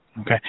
okay